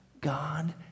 God